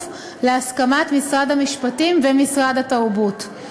להסכמת משרד המשפטים ומשרד התרבות והספורט.